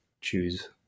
choose